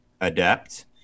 adept